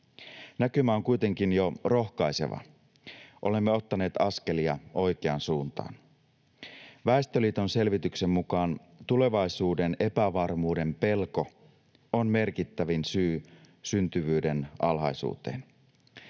Näkymä on kuitenkin jo rohkaiseva. Olemme ottaneet askelia oikeaan suuntaan. Väestöliiton selvityksen mukaan tulevaisuuden epävarmuuden pelko on merkittävin syy syntyvyyden alhaisuuteen.